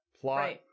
plot